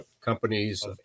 companies